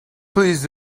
please